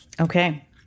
Okay